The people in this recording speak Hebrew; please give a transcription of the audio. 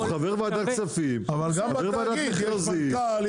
הוא חבר בוועדת כספים -- הוא חבר ועדת מכרזים,